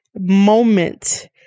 moment